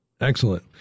Excellent